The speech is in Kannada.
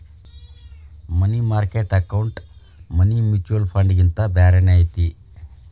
ಮನಿ ಮಾರ್ಕೆಟ್ ಅಕೌಂಟ್ ಮನಿ ಮ್ಯೂಚುಯಲ್ ಫಂಡ್ಗಿಂತ ಬ್ಯಾರೇನ ಐತಿ